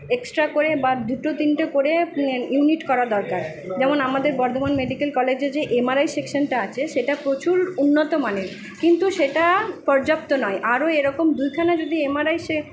extra করে বা দুটো তিনটে করে ইউনিট করা দরকার যেমন আমাদের বর্ধমান মেডিকেল কলেজে যে এম আর আই সেকশানটা আছে সেটা প্রচুর উন্নত মানের কিন্তু সেটা পর্যাপ্ত নয় আরও এরকম দুইখানা যদি এম আর আই সে